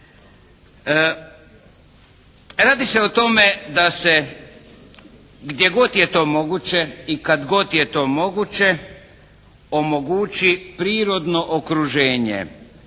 Radi se o tome da se gdje god je to moguće i kad god je to moguće omogući prirodno okruženje